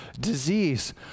disease